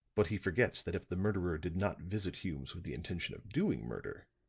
but he forgets that if the murderer did not visit hume's with the intention of doing murder,